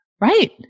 Right